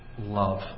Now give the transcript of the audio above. love